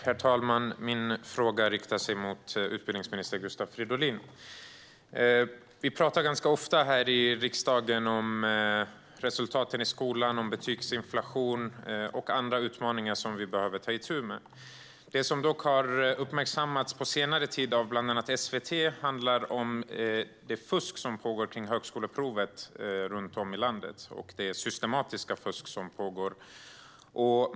Herr talman! Min fråga riktar sig till utbildningsminister Gustav Fridolin. Vi pratar ganska ofta här i riksdagen om resultaten i skolan, om betygsinflation och om andra utmaningar som vi behöver ta itu med. Det som dock har uppmärksammats på senare tid, av bland annat SVT, handlar om det fusk som pågår kring högskoleprovet runt om i landet, det systematiska fusk som pågår.